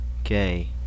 Okay